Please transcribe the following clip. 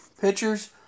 pictures